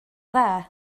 dda